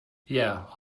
yeah